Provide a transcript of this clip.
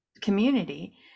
community